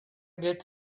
get